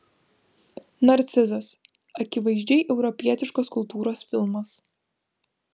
narcizas akivaizdžiai europietiškos kultūros filmas